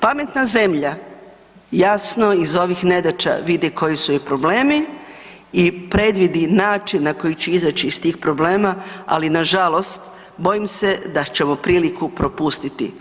Pametna zemlja, jasno iz ovih nedaća vidi koji su joj problemi i predvidi način na koji će izaći iz tih problema, ali nažalost bojim se da ćemo priliku propustiti.